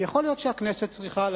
מפלגת העבודה המציאה אותו